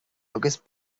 agus